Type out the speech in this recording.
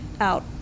out